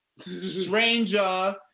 Stranger